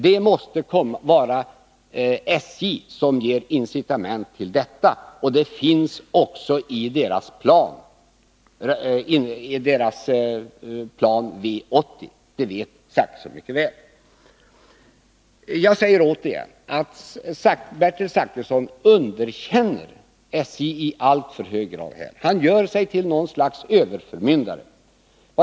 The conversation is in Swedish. Det måste vara SJ som tar initiativ till detta. Det ingår också i SJ:s plan V 80 — det vet Bertil Zachrisson mycket väl. Jag säger återigen att Bertil Zachrisson underkänner SJ i alltför hög grad. Han gör sig till något slags överförmyndare.